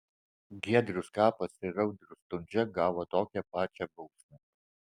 giedrius skapas ir andrius stundža gavo tokią pačią bausmę